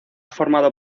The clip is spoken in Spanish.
formado